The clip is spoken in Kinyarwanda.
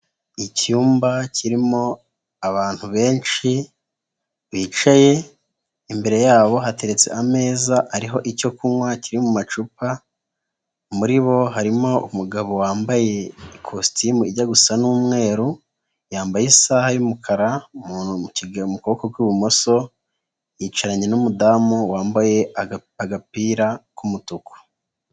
Icyumba kirimo abantu benshi bicaye, imbere yabo hateretse ameza hariho icyo kunywa kiri mu macupa, muri bo harimo umugabo wambaye ikositimu ijya gusa n'umweru, yambaye isaha y'umukara, mu kuboko kw'ibumoso, yicaranye n'umudamu wambaye agapira k'umutuku.